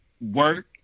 work